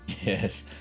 Yes